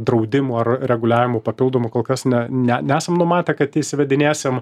draudimų ar reguliavimų papildomų kol kas ne ne nesam numatę kad įsivedinėsim